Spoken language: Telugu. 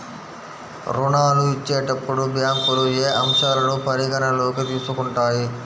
ఋణాలు ఇచ్చేటప్పుడు బ్యాంకులు ఏ అంశాలను పరిగణలోకి తీసుకుంటాయి?